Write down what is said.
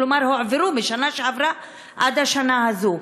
כלומר הועברו משנה שעברה לשנה הזו.